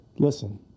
Listen